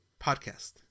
podcast